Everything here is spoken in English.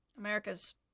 america's